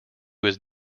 was